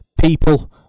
people